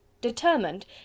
determined